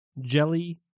Jelly